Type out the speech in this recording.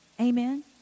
Amen